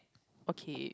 okay